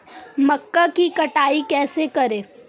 मक्का की कटाई कैसे करें?